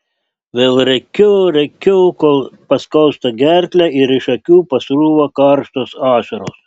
vėl rėkiu rėkiu kol paskausta gerklę ir iš akių pasrūva karštos ašaros